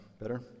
Better